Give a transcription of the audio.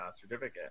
certificate